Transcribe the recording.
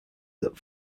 that